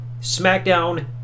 SmackDown